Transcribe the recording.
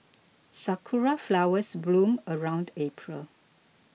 sakura flowers bloom around April